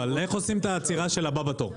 אבל איך עושים את העצירה של הבא בתור?